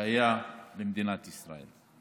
שהיה למדינת ישראל.